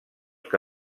que